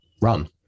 run